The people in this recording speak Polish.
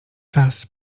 czas